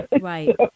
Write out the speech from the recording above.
Right